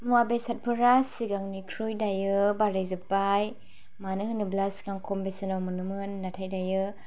मुवा बेसादफोरा सिगांनिख्रुइ दायो बारायजोबबाय मानो होनोब्ला सिगां खम बेसेनाव मोनोमोन नाथाय दायो